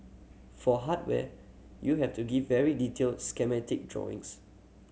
for hardware you have to give very detailed schematic drawings